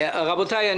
רבותיי,